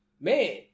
man